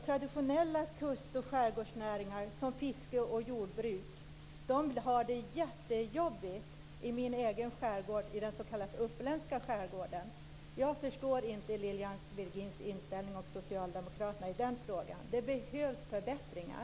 Traditionella kust och skärgårdsnäringar som fiske och jordbruk har det jättejobbigt i min egen skärgård - det som kallas uppländska skärgården. Jag förstår inte Lilian Virgins och socialdemokraternas inställning i den frågan. Det behövs förbättringar.